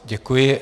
Děkuji.